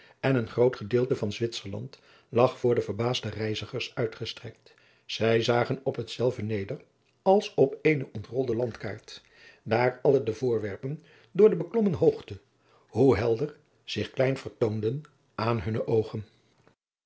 en een groot gedeelte van zwitserland lag voor de verbaasde reizigers uitgestrekt zij zagen op hetzelve neder als op eene ontrolde landkaart daar alle de voorwerpen door de beklommen hoogte hoe helder adriaan loosjes pzn het leven van maurits lijnslager zich klein vertoonden aan hunne oogen